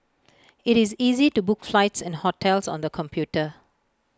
IT is easy to book flights and hotels on the computer